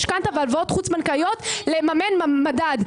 משכנתא והלוואות חוץ-בנקאיות כדי לממן מדד.